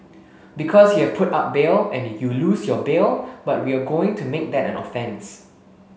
because you have put up bail and you lose your bail but we are going to make that an offence